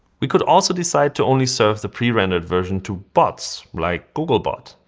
we could also decide to only serve the pre-rendered version to bots, like google bot.